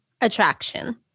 attraction